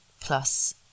plus